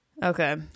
Okay